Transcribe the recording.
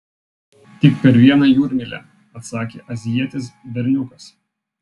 tik per vieną jūrmylę atsakė azijietis berniukas